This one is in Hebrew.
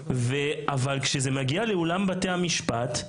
אבל כשזה מגיע לאולם בתי המשפט,